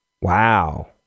Wow